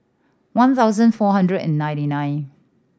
one thousand four hundred and ninety nine